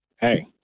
Hey